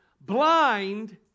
blind